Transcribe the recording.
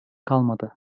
kalmadı